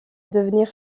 devenir